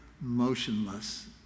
motionless